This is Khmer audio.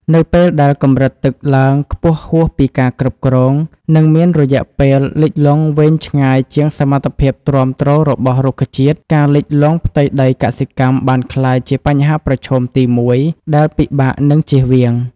នៅពេលដែលកម្រិតទឹកឡើងខ្ពស់ហួសពីការគ្រប់គ្រង និងមានរយៈពេលលិចលង់វែងឆ្ងាយជាងសមត្ថភាពទ្រាំទ្ររបស់រុក្ខជាតិ ការលិចលង់ផ្ទៃដីកសិកម្មបានក្លាយជាបញ្ហាប្រឈមទីមួយដែលពិបាកនឹងជៀសវាង។